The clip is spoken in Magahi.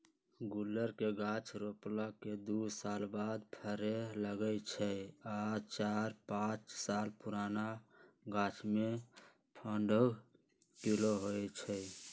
गुल्लर के गाछ रोपला के दू साल बाद फरे लगैए छइ आ चार पाच साल पुरान गाछमें पंडह किलो होइ छइ